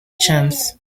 chance